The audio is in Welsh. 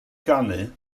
ganu